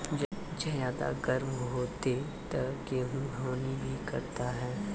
ज्यादा गर्म होते ता गेहूँ हनी भी करता है?